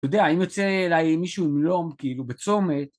יודע אם יוצא אליי מישהו עם לום כאילו בצומת